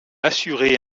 assuré